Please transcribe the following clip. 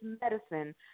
medicine